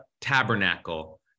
tabernacle